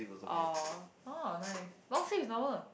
oh oh nice long sleeve is normal